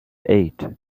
eight